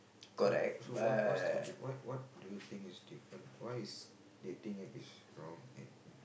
so so what what's the di~ what what do you think is different why is dating App is wrong and